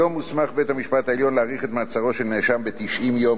היום מוסמך בית-המשפט העליון להאריך את מעצרו של נאשם ב-90 יום